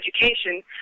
education